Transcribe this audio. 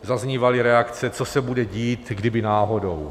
Zaznívaly reakce, co se bude dít, kdyby náhodou.